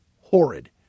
horrid